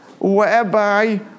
Whereby